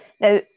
Now